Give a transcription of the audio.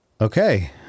Okay